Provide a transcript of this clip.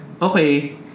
okay